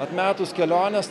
atmetus kelionės